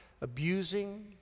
abusing